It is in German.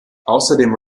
außerdem